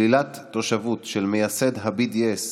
שלילת תושבות של מייסד ה-BDS,